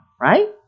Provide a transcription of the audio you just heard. right